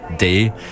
Day